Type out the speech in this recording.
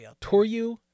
Toru